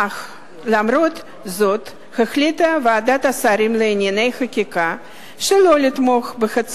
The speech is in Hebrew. אך למרות זאת החליטה ועדת השרים לענייני חקיקה שלא לתמוך בה.